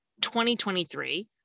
2023